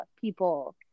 people